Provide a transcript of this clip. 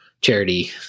charity